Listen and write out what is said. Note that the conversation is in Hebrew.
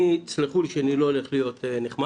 סלחו לי שאני לא הולך להיות נחמד